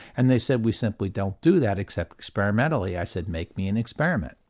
and they said we simply don't do that except experimentally. i said make me an experiment.